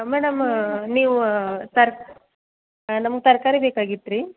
madam ನೀವು ತರ್ಕ್ ನಮ್ಗೆ ತರಕಾರಿ ಬೇಕಾಗಿತ್ತು ರೀ